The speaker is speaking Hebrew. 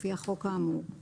לפי החוק האמור,